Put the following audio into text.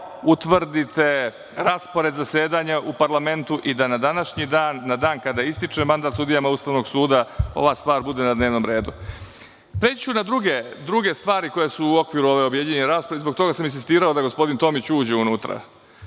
utvrdite raspored zasedanja u parlamentu i da na današnji dan, dan kada ističe mandat sudijama Ustavnog suda ova stvar bude na dnevnom redu. Druge stvari koje su u okviru ove objedinjene rasprave, zbog toga sam i insistirao da gospodin Tomić uđe unutra.